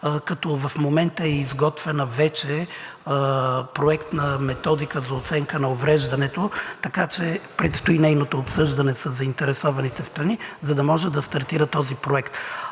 като в момента вече е изготвен Проект на методика за оценка на увреждането, така че предстои нейното обсъждане със заинтересованите страни, за да може да стартира този проект.